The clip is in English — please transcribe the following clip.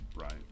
Right